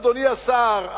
אדוני השר,